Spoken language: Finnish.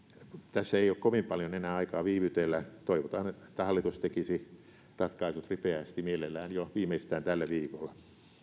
tässä ei ole kovin paljon enää aikaa viivytellä toivotaan että hallitus tekisi ratkaisut ripeästi mielellään viimeistään jo tällä viikolla